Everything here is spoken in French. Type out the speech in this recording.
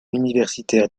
universitaires